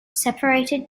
separated